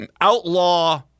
outlaw